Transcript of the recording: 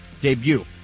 debut